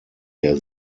der